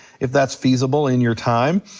if that's feasible in your time.